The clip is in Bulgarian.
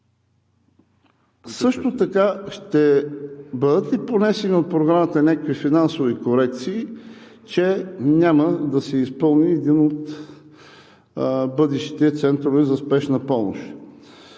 помещения? Ще бъдат ли понесени от програмата някакви финансови корекции, че няма да се изпълни един от бъдещите центрове за Спешна помощ,